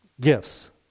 gifts